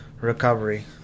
recovery